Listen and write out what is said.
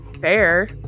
fair